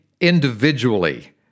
individually